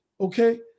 okay